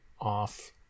off